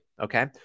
okay